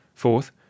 Fourth